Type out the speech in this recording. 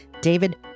David